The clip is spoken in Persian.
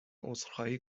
عذرخواهی